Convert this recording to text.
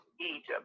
egypt